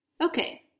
Okay